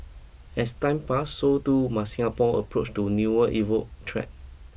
as time pass so too must Singapore approach to newer evokeed threat